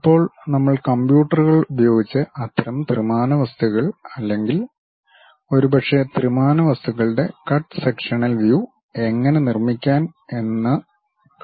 ഇപ്പോൾ നമ്മൾ കമ്പ്യൂട്ടറുകൾ ഉപയോഗിച്ച് അത്തരം ത്രിമാന വസ്തുക്കൾ അല്ലെങ്കിൽ ഒരുപക്ഷേ ത്രിമാന വസ്തുക്കളുടെ കട്ട് സെക്ഷണൽ വ്യൂ എങ്ങനെ നിർമ്മിക്കാൻ എന്ന് കാണാം